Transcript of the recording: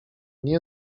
nie